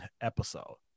episode